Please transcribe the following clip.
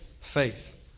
Faith